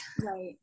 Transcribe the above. Right